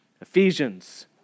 Ephesians